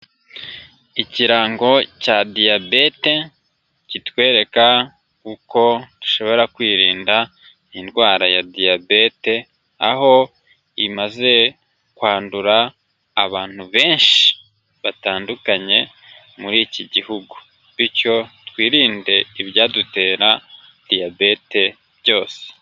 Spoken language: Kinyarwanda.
Ikirango cya diyabete kitwereka uko dushobora kwirinda indwara ya diyabete, aho imaze kwandura abantu benshi batandukanye muri iki gihugu, bityo twirinde ibyadutera diyabete byose.